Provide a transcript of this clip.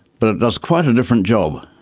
but it does quite a different job.